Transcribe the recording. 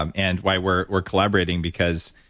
um and why we're we're collaborating because.